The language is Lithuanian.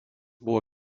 buvo